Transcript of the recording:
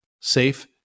safe